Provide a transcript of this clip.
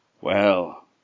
Well